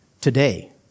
Today